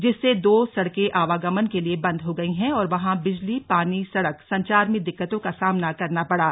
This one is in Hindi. जिससे दो सड़कें आवागमन के लिए बंद हो गईं हैं और वहां बिजली पानी सड़क संचार में दिक्कतों का सामना करना पड़ा